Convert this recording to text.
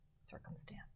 circumstance